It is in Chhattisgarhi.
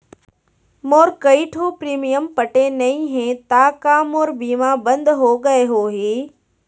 मोर कई ठो प्रीमियम पटे नई हे ता का मोर बीमा बंद हो गए होही?